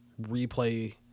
replay